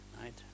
right